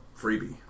freebie